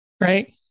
right